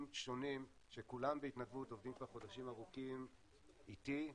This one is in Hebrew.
שונים שכולם בהתנדבות עובדים כבר חודשים ארוכים איתי,